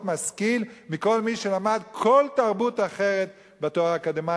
משכיל מכל מי שלמד כל תרבות אחרת בתואר האקדמי,